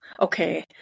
okay